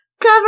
cover